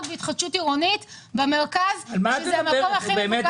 בעזרת התחדשות עירונית וזה המקום הכי מבוקש